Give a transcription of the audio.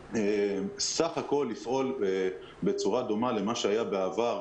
סך הכול לפעול בצורה דומה למה שהיה בעבר,